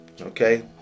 Okay